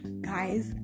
guys